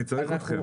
אני צריך אתכם.